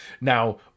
Now